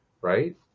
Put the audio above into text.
right